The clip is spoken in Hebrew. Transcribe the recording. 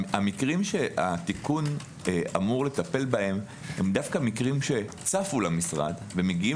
המקרים שהתיקון אמור לטפל בהם הם מקרים שצפו למשרד ומגיעים